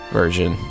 version